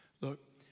Look